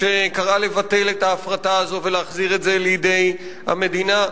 היא קראה לבטל את ההפרטה הזו ולהחזיר את זה לידי המדינה.